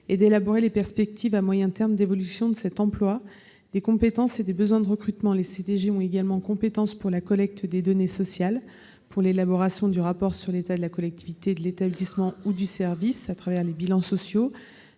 et d'élaborer les perspectives à moyen terme d'évolution de cet emploi, des compétences et des besoins de recrutement. Ils ont également compétence pour la collecte des données sociales en vue de l'élaboration du rapport sur l'état de la collectivité territoriale, de l'établissement ou du service, au travers des bilans sociaux